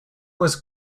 was